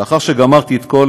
ואחר שגמרתי את כל